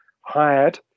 hired